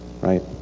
right